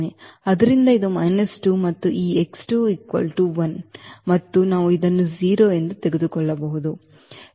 ಆದ್ದರಿಂದ ಇದು 2 ಮತ್ತು ಈ 1 ಮತ್ತು ಇದನ್ನು ನಾವು 0 ತೆಗೆದುಕೊಳ್ಳಬಹುದು